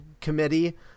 committee